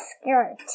skirt